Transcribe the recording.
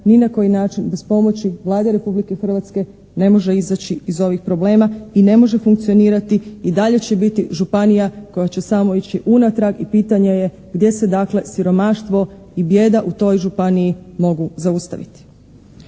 ni na koji način bez pomoći Vlade Republike Hrvatske ne može izaći iz ovih problema i ne može funkcionirati i dalje će biti županija koja će samo ići unatrag i pitanje je gdje se dakle siromaštvo u bijeda u toj županiji mogu zaustaviti.